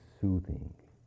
soothing